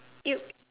you